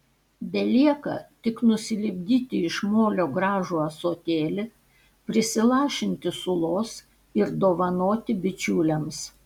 belieka tik nusilipdyti iš molio gražų ąsotėlį prisilašinti sulos ir dovanoti bičiuliams